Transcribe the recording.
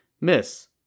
Miss